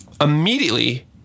immediately